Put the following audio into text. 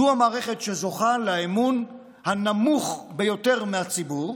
זו המערכת שזוכה לאמון הנמוך ביותר מהציבור.